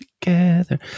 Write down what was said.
together